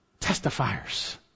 Testifiers